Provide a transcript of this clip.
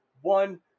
one